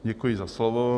Děkuji za slovo.